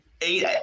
eight